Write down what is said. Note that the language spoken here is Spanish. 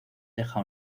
deja